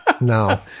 No